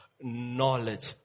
Knowledge